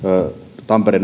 tampere